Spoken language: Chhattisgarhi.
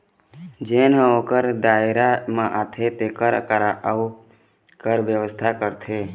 जेन ह ओखर दायरा म आथे तेखर करा अउ कर बेवस्था करथे